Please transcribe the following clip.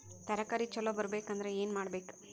ತರಕಾರಿ ಛಲೋ ಬರ್ಬೆಕ್ ಅಂದ್ರ್ ಏನು ಮಾಡ್ಬೇಕ್?